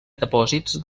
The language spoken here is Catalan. depòsits